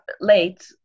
late